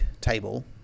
table